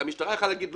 המשטרה יכולה לומר,